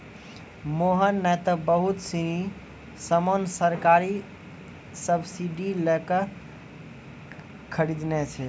मोहन नं त बहुत सीनी सामान सरकारी सब्सीडी लै क खरीदनॉ छै